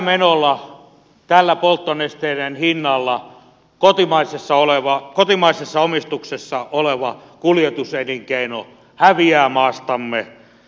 tällä menolla tällä polttonesteiden hinnalla kotimaisessa omistuksessa oleva kuljetuselinkeino häviää maastamme